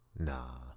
nah